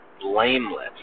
blameless